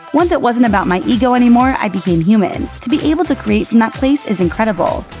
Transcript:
once it wasn't about my ego anymore, i became human. to be able to create from that place is incredible.